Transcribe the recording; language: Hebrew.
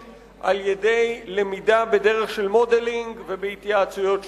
על-ידי למידה בדרך של modelling ובהתייעצויות שוטפות.